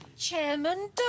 Chairman